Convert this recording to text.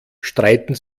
streiten